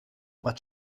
what